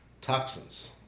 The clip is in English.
toxins